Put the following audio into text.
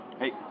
Hey